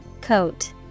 Coat